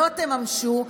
לא תממשו,